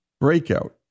breakout